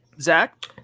Zach